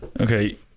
Okay